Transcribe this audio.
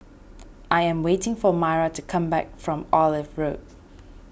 I am waiting for Myra to come back from Olive Road